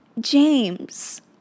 James